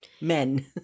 Men